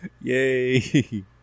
Yay